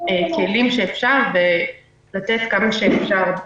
הכלים שאפשר ולתת כמה שאפשר.